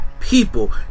People